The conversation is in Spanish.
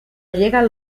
llegan